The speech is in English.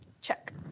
Check